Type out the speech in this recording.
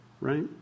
right